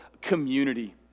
community